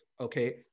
Okay